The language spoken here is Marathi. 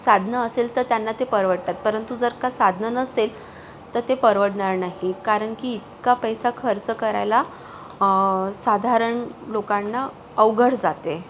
साधनं असेल त त्यांना ते परवडतात परंतु जर का साधनं नसेल तर ते परवडणार नाही कारण की इतका पैसा खर्च करायला साधारण लोकांना अवघड जाते